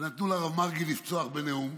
ונתנו לרב מרגי לפצוח בנאום,